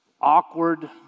awkward